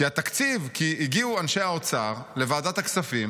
כי הגיעו אנשי האוצר לוועדת הכספים